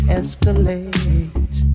escalate